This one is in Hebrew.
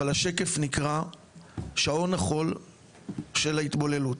אבל השקף נקרא שעון החול של ההתבוללות.